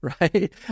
right